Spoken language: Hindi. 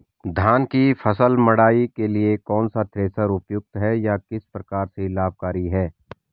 धान की फसल मड़ाई के लिए कौन सा थ्रेशर उपयुक्त है यह किस प्रकार से लाभकारी है?